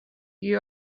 you